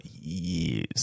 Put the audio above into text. years